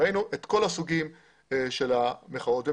ראינו את כל הסוגים של הצוללות.